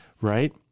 right